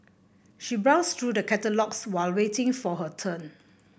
she browsed through the catalogues while waiting for her turn